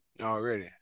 Already